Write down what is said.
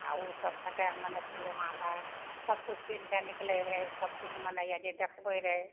आओर ओसभकेँ तऽ मने सिनेमामे सबकिछु पिन्हिके निकलै रहै सबकिछु मने यऽ जे देखबै रहै